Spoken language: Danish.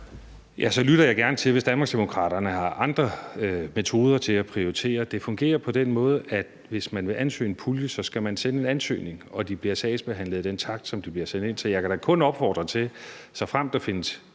Jeg lytter gerne, hvis Danmarksdemokraterne har andre metoder til at prioritere. Det fungerer på den måde, at hvis man vil ansøge en pulje, skal man sende en ansøgning, og at de bliver sagsbehandlet i den takt, som de bliver sendt ind. Jeg kan da kun opfordre til, såfremt der findes